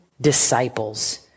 disciples